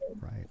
Right